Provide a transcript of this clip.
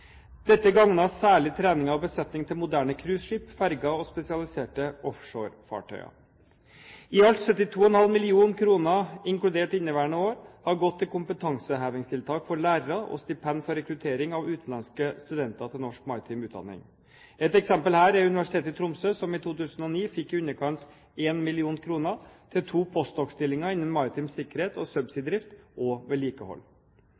Dette gagnet særlig trening av besetningen til moderne cruiseskip, ferger og spesialiserte offshorefartøyer. I alt 72,5 mill. kr, inkludert inneværende år, har gått til kompetansehevingstiltak for lærere og stipend for rekruttering av utenlandske studenter til norsk maritim utdanning. Et eksempel her er Universitetet i Tromsø, som i 2009 fikk i underkant av 1 mill. kr til to post.doc.-stillinger innenfor maritim sikkerhet og